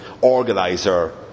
organiser